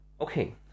Okay